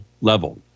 level